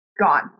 Gone